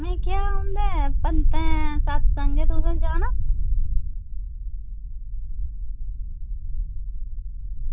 में हे पंतें दे सत्संग ऐ तुसें जाना